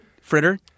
Fritter